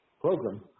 Program